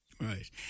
Right